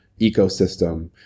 ecosystem